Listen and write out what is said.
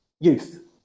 youth